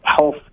health